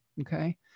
okay